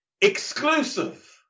Exclusive